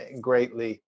greatly